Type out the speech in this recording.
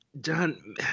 John